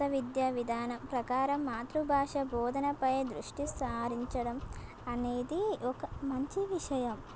కొత్త విద్యా విధానం ప్రకారం మాతృభాష బోధనపై దృష్టి సారించడం అనేది ఒక మంచి విషయం